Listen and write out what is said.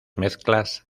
mezclas